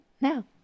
now